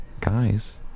Guys